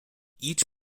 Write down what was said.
each